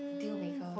dealmaker